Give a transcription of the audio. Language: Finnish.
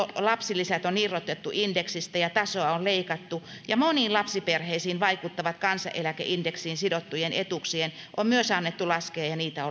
lapsilisät on irrotettu indeksistä ja tasoa on leikattu ja moniin lapsiperheisiin vaikuttavien kansaneläkeindeksiin sidottujen etuuksien on myös annettu laskea ja niitä